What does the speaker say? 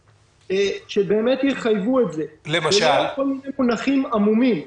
שבאמת יחייבו את זה ולא כל מיני מונחים עמומים.